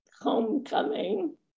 homecoming